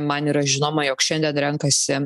man yra žinoma jog šiandien renkasi